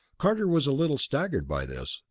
carter was a little staggered by this,